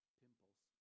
pimples